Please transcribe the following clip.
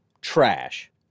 trash